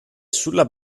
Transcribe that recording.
sulla